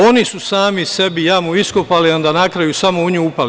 Oni su sami sebi jamu iskopali, pa na kraju sami u nju upali.